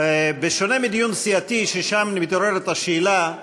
בשונה מדיון סיעתי, ששם מתעוררת השאלה,